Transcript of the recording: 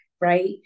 right